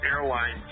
Airline